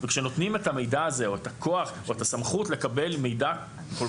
כאשר נותנים את המידע הזה או את הכוח או את הסמכות לקבל מידע כל